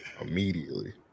immediately